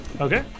Okay